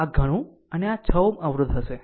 આ ઘણું અને આ 6 Ω અવરોધ હશે